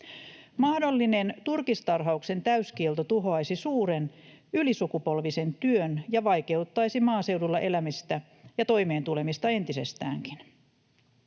Mahdollinen turkistarhauksen täyskielto tuhoaisi suuren ylisukupolvisen työn ja vaikeuttaisi maaseudulla elämistä ja toimeen tulemista entisestäänkin.